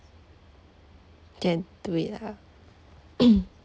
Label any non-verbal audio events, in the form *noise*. can do it ah *coughs*